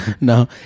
No